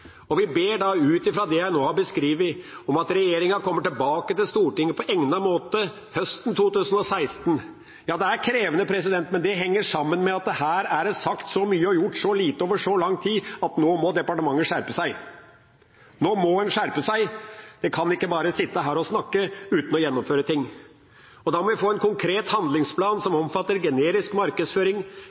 Vi ber ut fra det jeg nå beskriver, om at regjeringa kommer tilbake til Stortinget på egnet måte høsten 2016. Ja, det er krevende, men det henger sammen med at det her er sagt så mye og gjort så lite over så lang tid, at nå må departementet skjerpe seg. Nå må en skjerpe seg, en kan ikke bare sitte her og snakke uten å gjennomføre ting. Da må vi få en konkret handlingsplan som omfatter generisk markedsføring,